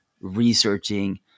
researching